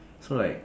so like